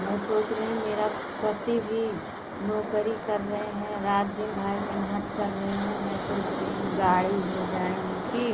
मैं सोच रही हूँ मेरा पति भी नौकरी कर रहे हैं रात दिन भाई मेनहत कर रहे हैं मैं सोच रही हूँ गाड़ी हो जाए उनकी